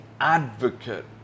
advocate